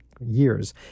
years